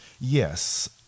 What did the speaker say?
Yes